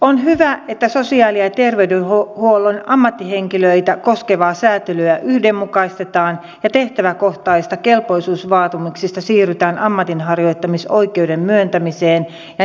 on hyvä että sosiaali ja terveydenhuollon ammattihenkilöitä koskevaa säätelyä yhdenmukaistetaan ja tehtäväkohtaisista kelpoisuusvaatimuksista siirrytään ammatinharjoittamisoikeuden myöntämiseen ja nimikesuojaan